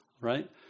right